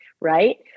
right